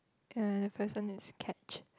and the person is catch